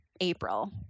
April